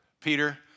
Peter